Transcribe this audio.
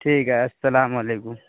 ٹھیک ہے السلام علیکم